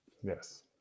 Yes